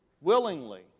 willingly